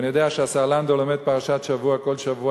ואני יודע שהשר לנדאו לומד פרשת שבוע כל שבוע,